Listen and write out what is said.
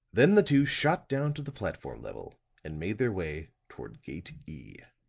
then the two shot down to the platform level and made their way toward gate e.